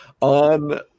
on